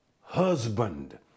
husband